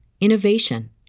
innovation